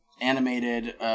animated